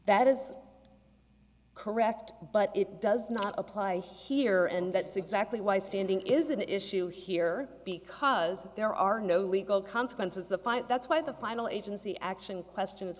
that is correct but it does not apply here and that's exactly why standing is an issue here because there are no legal consequences the fight that's why the final agency action question